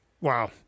Wow